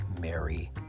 Mary